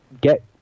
get